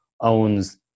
owns